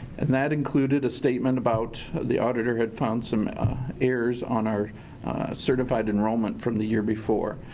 and that included a statement about the auditor had found some errors on our certified enrollment from the year before.